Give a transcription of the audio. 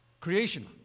Creation